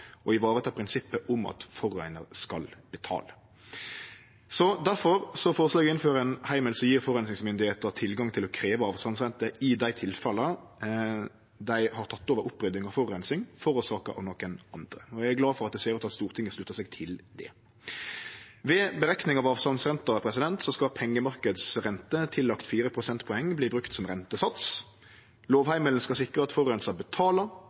og vareta prinsippet om at forureinar skal betale. Derfor føreslår eg å innføre ein heimel som gjev forureiningsmyndigheita tilgang til å krevje avsavnsrente i dei tilfella der dei har tatt over opprydding av forureining forårsaka av nokon andre, og eg er glad for at det ser ut til at Stortinget sluttar seg til det. Ved berekning av avsavnsrenta skal pengemarknadsrente tillagd 4 prosentpoeng brukast som rentesats. Lovheimelen skal sikre at forureinar betalar,